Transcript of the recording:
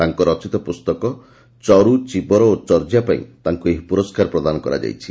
ତାଙ୍କର ରଚିତ ପୁସ୍ତକ 'ଚରୁ ଚିବର ଓ ଚର୍ଯ୍ୟା' ପାଇଁ ତାଙ୍କୁ ଏହି ପୁରସ୍କାର ପ୍ରଦାନ କରାଯାଇଛି